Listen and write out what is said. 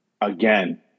again